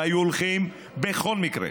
הם היו הולכים בכל מקרה,